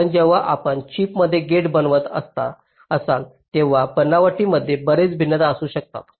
कारण जेव्हा आपण चिपमध्ये गेट बनावत असाल तेव्हा बनावटी मध्ये बरेच भिन्नता असू शकतात